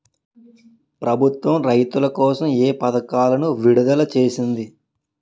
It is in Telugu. ప్రభుత్వం రైతుల కోసం ఏ పథకాలను విడుదల చేసింది?